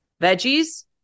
veggies